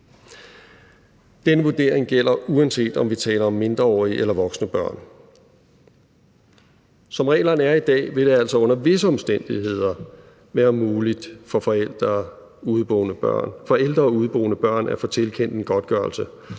Den vurdering gælder, uanset om vi taler om mindreårige eller voksne børn. Som reglerne er i dag vil det altså under visse omstændigheder være muligt for ældre udeboende børn at få tilkendt en godtgørelse,